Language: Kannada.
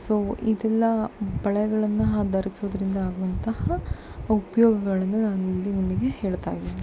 ಸೊ ಇದೆಲ್ಲ ಬಳೆಗಳನ್ನು ಹಾ ಧರಿಸೋದ್ರಿಂದ ಆಗುವಂತಹ ಉಪಯೋಗಗಳನ್ನು ನಾನು ಇಲ್ಲಿ ನಿಮಗೆ ಹೇಳ್ತಾ ಇದ್ದೀನಿ